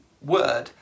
word